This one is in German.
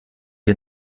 wir